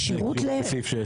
אפשרות --- בוודאי שיש סעיף.